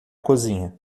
cozinha